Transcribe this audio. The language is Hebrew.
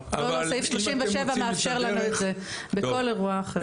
לא, סעיף 37 מאפשר לנו את זה, בכל אירוע אחר.